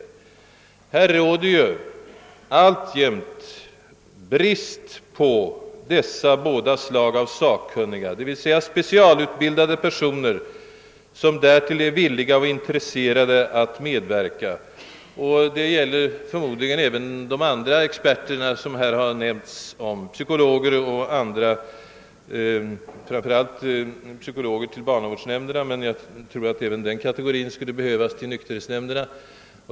Här råder ju alltjämt brist på dessa båda slag av sakkunniga, d.v.s. specialutbildade personer som därtill är villiga och intresserade att medverka. Det gäller förmodligen även de andra experter som här har nämnts, psykologer och andra, framför allt psykologer till barnavårdsnämnderna. Jag tror för övrigt att även den kategorin ibland skulle behövas som biträde åt nykterhetsnämnderna.